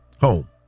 home